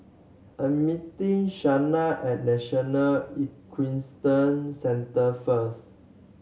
I am meeting Shanna at National Equestrian Centre first